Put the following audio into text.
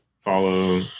follow